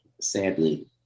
sadly